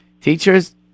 Teachers